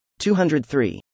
203